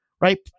right